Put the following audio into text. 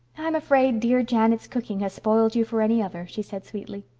i'm afraid dear janet's cooking has spoiled you for any other she said sweetly.